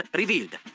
revealed